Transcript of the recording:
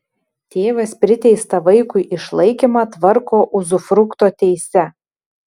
tėvas priteistą vaikui išlaikymą tvarko uzufrukto teise